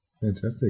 Fantastic